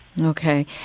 Okay